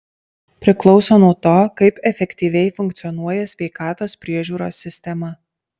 priklauso nuo to kaip efektyviai funkcionuoja sveikatos priežiūros sistema